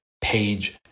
page